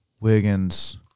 Wiggins